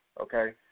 okay